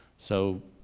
so,